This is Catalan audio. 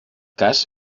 cas